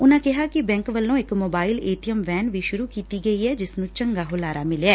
ਉਂਨੂਾ ਕਿਹਾ ਕਿ ਬੈਕ ਵੱਲੋ ਇਕ mobile A T M van ਵੀ ਸੁਰੁ ਕੀਤੀ ਗਈ ਐ ਜਿਸ ਨੁੰ ਚੰਗਾ ਹੁੰਗਾਰਾ ਮਿਲਿਐ